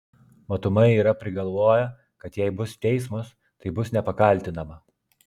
matomai yra prigalvoję kad jei bus teismas tai bus nepakaltinama